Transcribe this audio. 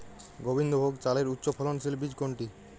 গোবিন্দভোগ চালের উচ্চফলনশীল বীজ কোনটি?